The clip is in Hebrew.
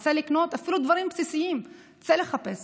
אתה רוצה לקנות, אפילו דברים בסיסיים, צא לחפש